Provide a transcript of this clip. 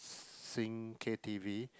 sing K_T_V